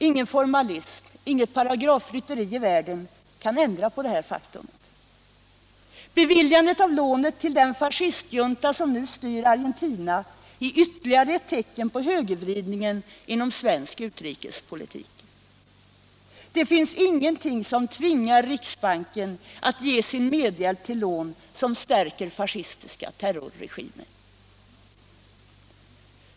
Ingen formalism, inget paragrafrytteri i världen kan ändra på detta faktum. Beviljandet av lånet till den fascistjunta som nu styr Argentina är ytter ligare ett tecken på högervridningen inom svensk utrikespolitik. Det finns ingenting som tvingar riksbanken att ge sin medhjälp till lån som stärker fascistiska terrorregimer.